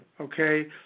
Okay